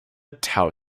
tau